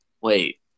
wait